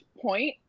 point